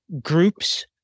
groups